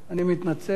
אני מתנצל.